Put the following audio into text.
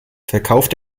verkauft